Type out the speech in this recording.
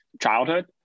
childhood